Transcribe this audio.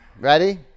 Ready